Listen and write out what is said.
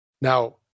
now